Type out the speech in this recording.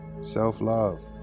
self-love